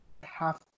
half